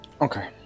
Okay